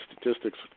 statistics